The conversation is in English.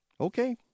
okay